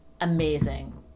Amazing